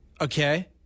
Okay